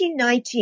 1919